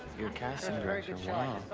you're a casting director,